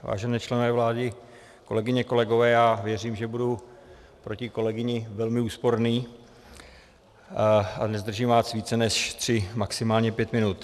Vážení členové vlády, kolegyně, kolegové, věřím, že budu proti kolegyni velmi úsporný a nezdržím vás více než tři, maximálně pět minut.